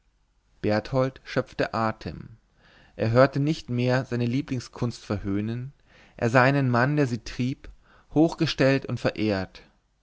berthold schöpfte atem er hörte nicht mehr seine lieblingskunst verhöhnen er sah einen mann der sie trieb hochgestellt und verehrt